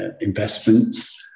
investments